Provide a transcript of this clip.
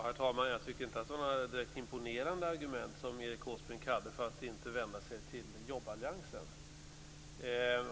Herr talman! Det var inte några direkt imponerande argument som Erik Åsbrink hade för att inte vända sig till jobballiansen.